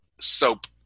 soap